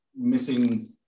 missing